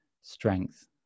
strength